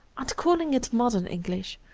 and calling it modern english,